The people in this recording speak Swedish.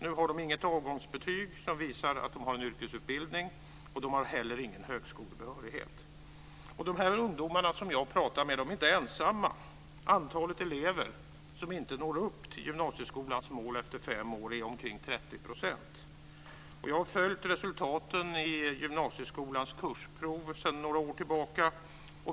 Nu har de inget avgångsbetyg som visar att de har en yrkesutbildning. De har inte heller någon högskolebehörighet. De här ungdomarna som jag pratade med är inte ensamma. Antalet elever som inte når upp till gymnasieskolans mål efter fem år är omkring 30 %. Jag har följt resultaten i gymnasieskolans kursprov sedan några år tillbaka.